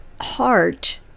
heart